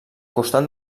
costat